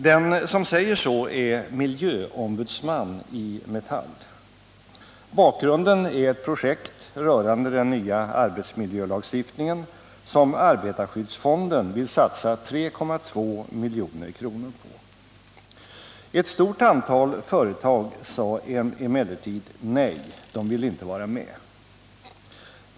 Den som säger så är miljöombudsman i Metall. Bakgrunden är ett projekt rörande den nya arbetsmiljölagstiftningen, som arbetarskyddsfonden vill satsa 3,2 milj.kr. på. Ett stort antal företag sade emellertid nej. Man ville inte vara med.